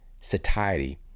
satiety